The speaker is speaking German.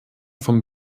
vom